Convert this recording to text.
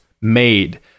made